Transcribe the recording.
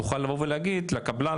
תוכל לבוא ולהגיד לקבלן,